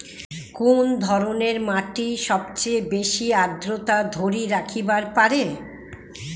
কুন ধরনের মাটি সবচেয়ে বেশি আর্দ্রতা ধরি রাখিবার পারে?